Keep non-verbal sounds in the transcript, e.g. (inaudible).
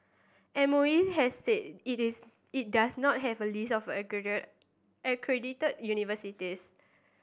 M O E has said it is it does not have a list of (unintelligible) accredited universities